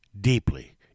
deeply